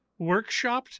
workshopped